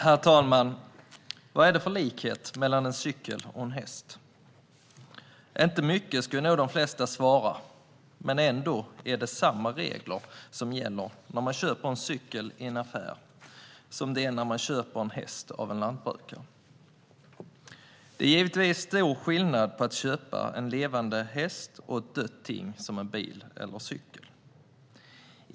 Herr talman! Vad är det för likhet mellan en cykel och en häst? Inte mycket skulle nog de flesta svara, men ändå är det samma regler som gäller om man köper en cykel i en affär som det är när man köper en häst av en lantbrukare. Det är givetvis stor skillnad mellan att köpa en levande häst och att köpa ett dött ting, som en bil eller cykel.